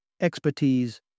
expertise